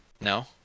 No